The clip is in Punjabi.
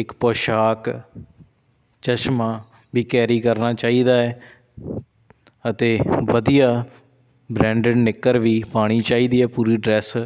ਇੱਕ ਪੋਸ਼ਾਕ ਚਸ਼ਮਾ ਵੀ ਕੈਰੀ ਕਰਨਾ ਚਾਹੀਦਾ ਅਤੇ ਵਧੀਆ ਬਰੈਂਡਿੰਡ ਨਿੱਕਰ ਵੀ ਪਾਉਣੀ ਚਾਹੀਦੀ ਹੈ ਪੂਰੀ ਡਰੈੱਸ